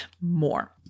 more